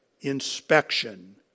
inspection